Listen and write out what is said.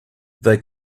they